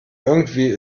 irgendwie